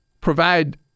provide